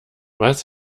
was